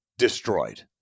destroyed